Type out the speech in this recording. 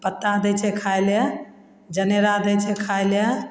पत्ता दै छै खाइ ले जनेरा दै छै खाइ ले